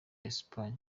espagne